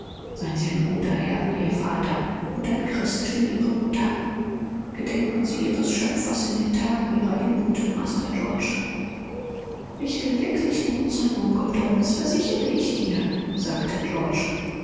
sein sie auch ein guter herr wie ihr vater und ein guter christ wie ihre mutter denken sie an ihren schöpfer in den tagen wo sie jung sind master georg ja ich will wirklich gut sein onkel tom ich gelobe s dir sagte